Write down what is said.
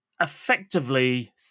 effectively